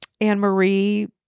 Anne-Marie